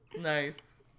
nice